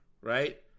right